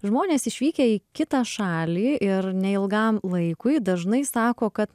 žmonės išvykę į kitą šalį ir neilgam laikui dažnai sako kad